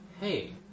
hey